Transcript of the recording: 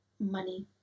money